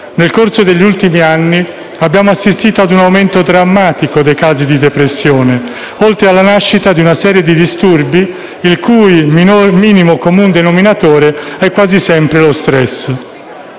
Nel corso degli ultimi anni abbiamo assistito a un aumento drammatico dei casi di depressione, oltre alla nascita di una serie di disturbi il cui minimo comune denominatore è quasi sempre lo *stress*.